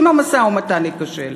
אם המשא-ומתן ייכשל?